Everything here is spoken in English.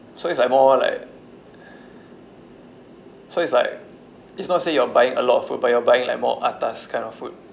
so it's like more like so it's like it's not saying you're buying a lot of food but you're buying like more atas kind of food